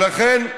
ולכן,